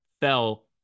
fell